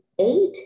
eight